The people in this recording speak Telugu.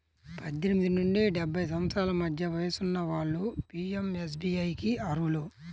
పద్దెనిమిది నుండి డెబ్బై సంవత్సరాల మధ్య వయసున్న వాళ్ళు పీయంఎస్బీఐకి అర్హులు